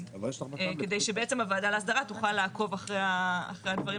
כדי שבעצם הוועדה להסדרה תוכל לעקוב אחרי הדברים